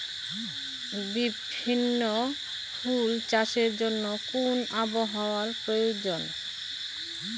বিভিন্ন ফুল চাষের জন্য কোন আবহাওয়ার প্রয়োজন?